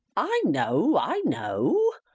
i know! i know!